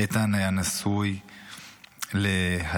איתן היה נשוי להלל.